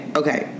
okay